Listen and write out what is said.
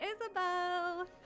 Isabel